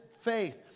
faith